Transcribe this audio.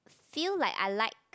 feel like I like